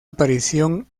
aparición